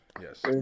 Yes